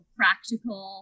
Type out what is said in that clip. practical